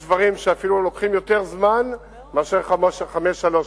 יש דברים שלוקחים אפילו יותר זמן מאשר 531,